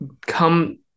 come